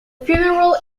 funeral